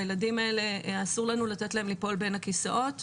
הילדים האלה, אסור לנו לתת להם ליפול בין הכיסאות.